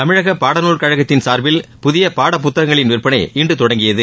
தமிழக பாடநூல் கழகத்தின் கார்பில் புதிய பாடப்புத்தகங்களின் விற்பனை இன்று தொடங்கியது